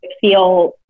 feel